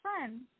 fun